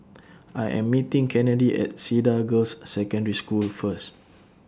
I Am meeting Kennedi At Cedar Girls' Secondary School First